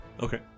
Okay